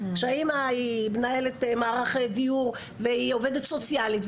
שהאמא היא מנהלת מערך דיור והיא עובדת סוציאלית,